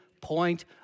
point